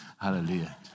Hallelujah